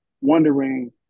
wondering